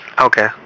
Okay